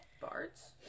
Bards